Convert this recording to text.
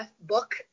book